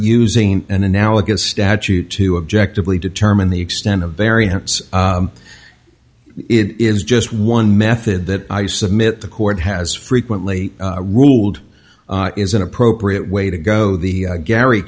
using an analogous statute to objectively determine the extent of variance it is just one method that i submit the court has frequently ruled is an appropriate way to go the gary